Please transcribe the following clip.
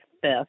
fifth